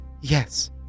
Yes